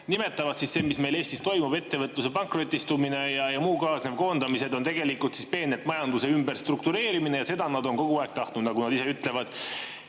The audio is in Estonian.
nimetavad, on see, mis meil Eestis toimub, ettevõtluse pankrotistumine ja muu sellega kaasnev, nagu koondamised, tegelikult peenelt majanduse ümberstruktureerimine. Ja seda nad on kogu aeg tahtnud, nagu nad ise ütlevad.